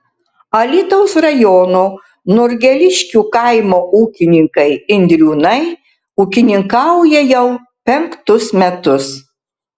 alytaus rajono norgeliškių kaimo ūkininkai indriūnai ūkininkauja jau penktus metus